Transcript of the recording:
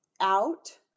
out